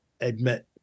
admit